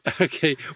Okay